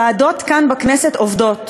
ועדות כאן בכנסת עובדות,